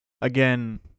Again